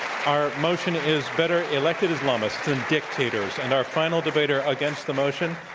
our motion is, better elected islamists than dictators. and our final debater against the motion,